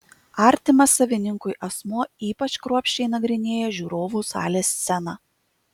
artimas savininkui asmuo ypač kruopščiai nagrinėja žiūrovų salės sceną